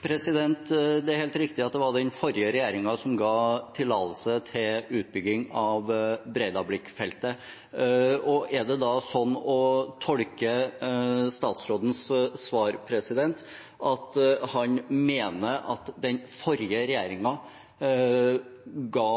Det er helt riktig at det var den forrige regjeringen som ga tillatelse til utbygging av Breidablikk-feltet. Er det da sånn å tolke statsrådens svar at han mener den forrige regjeringen ga